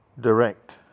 direct